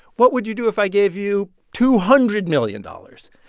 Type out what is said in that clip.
what would you do if i gave you two hundred million dollars?